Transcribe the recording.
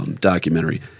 documentary